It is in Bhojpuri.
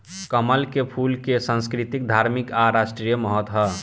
कमल के फूल के संस्कृतिक, धार्मिक आ राष्ट्रीय महत्व ह